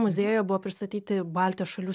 muziejuje buvo pristatyti baltijos šalių